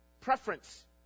preference